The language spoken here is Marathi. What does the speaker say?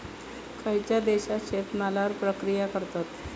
खयच्या देशात शेतमालावर प्रक्रिया करतत?